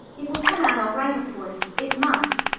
it will come out all right of course. it must.